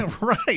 right